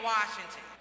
Washington